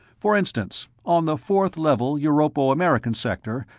for instance, on the fourth level europo-american sector,